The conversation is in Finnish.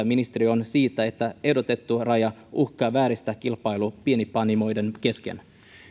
ministeri on siitä että ehdotettu raja uhkaa vääristää kilpailua pienpanimoiden kesken